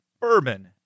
bourbon